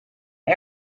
him